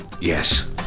Yes